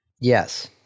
Yes